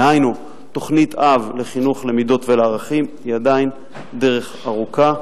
דהיינו תוכנית אב לחינוך למידות ולערכים היא עדיין דרך ארוכה,